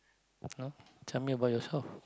!huh! tell me about yourself